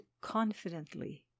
confidently